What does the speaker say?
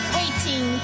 waiting